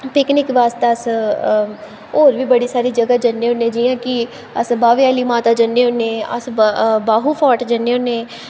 picnic बास्तै अस होर बी बड़ी सारी जगह् जन्ने होन्ने जियां कि अस बाह्वे आह्ली माता जन्ने होन्ने अस बाहु फोर्ट जन्ने होन्ने